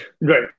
right